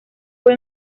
fue